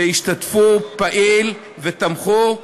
שהשתתפו באופן פעיל ותמכו,